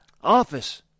Office